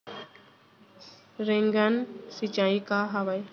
Rain gun सिंचाई का हवय?